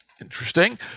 interesting